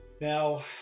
now